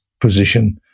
position